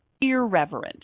irreverent